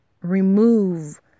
remove